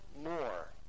more